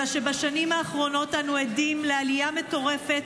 אלא שבשנים האחרונות אנו עדים לעלייה מטורפת